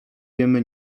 wiemy